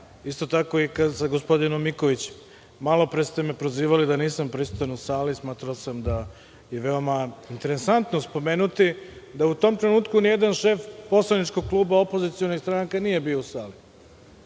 isto tako i sa gospodinom Mikovićem. Malo pre ste me prozivali da nisam prisutan u sali i smatrao sam da je veoma interesantno spomenuti da u tom trenutku ni jedan šef poslaničkog kluba opozicionih stranaka nije bio u sali.